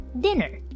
dinner